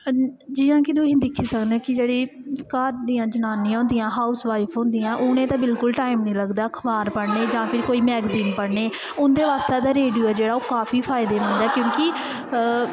जियां कि तुसीं दिक्खी सकने कि जेह्ड़ी घर दियां जनानियां होंदियां हाउस वाइफ होंदियां उ'नें ते बिलकुल टाइम निं लगदा ऐ अखबार पढ़ने गी जां फिर कोई मैगजीन पढ़ने गी उं'दे बास्तै ते रेडियो ऐ जेह्ड़ा काफी फायदेमंद ऐ क्योंकि